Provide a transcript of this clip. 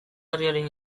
herriaren